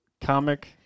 comic